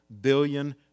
billion